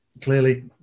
clearly